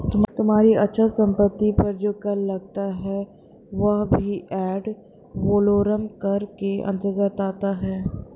तुम्हारी अचल संपत्ति पर जो कर लगता है वह भी एड वलोरम कर के अंतर्गत आता है